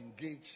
engage